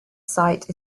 site